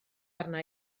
arna